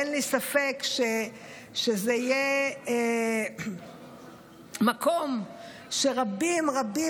אין לי ספק שזה יהיה מקום שרבים רבים